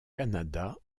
canada